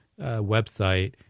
website